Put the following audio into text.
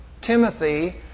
Timothy